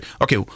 okay